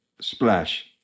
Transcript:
splash